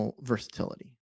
versatility